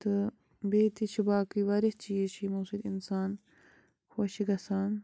تہٕ بیٚیہِ تہِ چھِ باقٕے واریاہ چیٖز چھِ یِمو سۭتۍ اِنسان خوش گژھان